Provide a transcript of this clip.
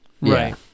Right